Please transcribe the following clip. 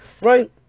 right